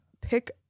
pick